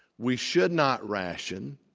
we should not ration.